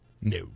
No